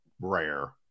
rare